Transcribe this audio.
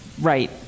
Right